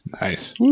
Nice